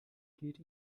geht